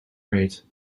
rate